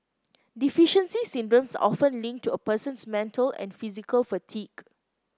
deficiency syndromes are often linked to a person's mental and physical fatigue